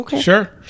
Sure